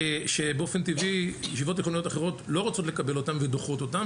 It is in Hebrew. שבאופן טבעי ישיבות תיכוניות אחרות לא רוצות לקבל אותם ודוחות אותם,